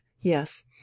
yes